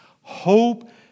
hope